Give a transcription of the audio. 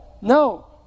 no